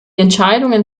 entscheidungen